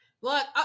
Look